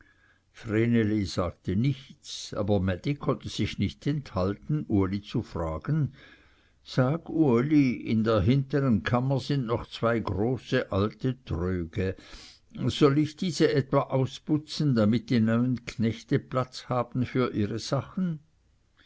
sagte nichts aber mädi konnte sich nicht enthalten uli zu fragen sag uli in der hintern kammer sind noch zwei große alte tröge soll ich diese etwa ausputzen damit die neuen knechte platz haben für ihre sachen